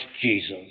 Jesus